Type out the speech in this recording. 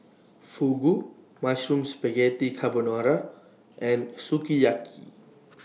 Fugu Mushroom Spaghetti Carbonara and Sukiyaki